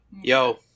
Yo